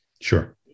Sure